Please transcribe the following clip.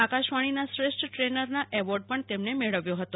આકાશવાણીના શ્રેષ્ઠ ટ્રેનરનો એવોર્ડ પણ તેમને મળ્યો હતો